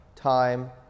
time